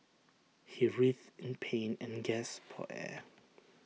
he writhed in pain and gasped for air